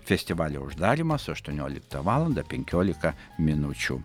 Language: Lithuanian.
festivalio uždarymas aštuonioliktą valandą penkiolika minučių